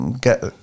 get